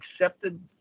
accepted